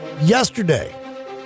Yesterday